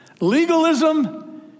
Legalism